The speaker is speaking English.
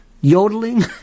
Yodeling